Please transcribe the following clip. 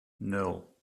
nul